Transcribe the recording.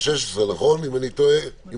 ב-16, נכון, אם אני זוכר?